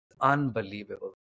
unbelievable